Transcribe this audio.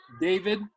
David